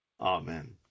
Amen